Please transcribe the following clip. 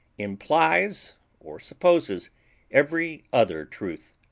implies or supposes every other truth.